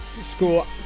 school